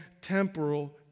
temporal